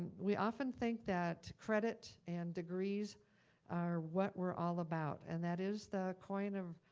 we often think that credit and degrees are what we're all about. and that is the coin of